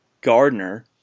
gardner